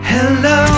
Hello